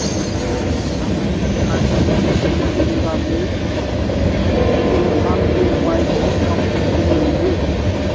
महामारी की आर्थिक कीमत के मुकाबले इसकी रोकथाम के उपाय बहुत कम खर्चीले होंगे